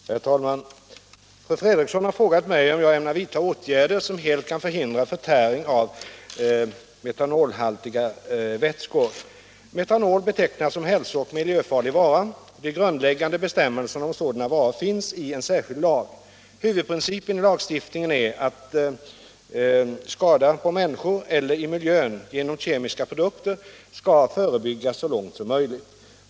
318, och anförde: Herr talman! Fru Fredrikson har frågat mig om jag ämnar vidta åtgärder som helt kan förhindra förtäring av metanolhaltiga vätskor. Metanol betecknas som hälso och miljöfarlig vara. De grundläggande bestämmelserna om sådana varor finns i en särskild lag. Huvudprincipen i lagstiftningen är att skada på människor eller i miljön genom kemiska produkter skall förebyggas så långt som möjligt.